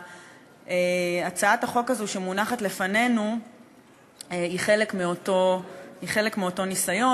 והצעת החוק הזאת שמונחת לפנינו היא חלק מאותו ניסיון,